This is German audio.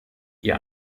ihr